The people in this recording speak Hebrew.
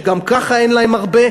שגם ככה אין להם הרבה,